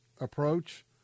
approach